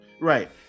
Right